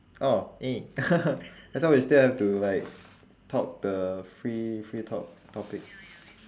oh eh I thought we still have to like talk the free free talk topic